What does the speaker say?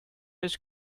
his